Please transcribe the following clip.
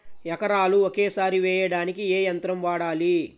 ఎకరాలు ఒకేసారి వేయడానికి ఏ యంత్రం వాడాలి?